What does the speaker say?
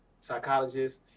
Psychologist